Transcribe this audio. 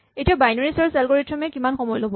এতিয়া binary search algorithm এ কিমান সময় ল'ব